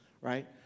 right